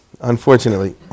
Unfortunately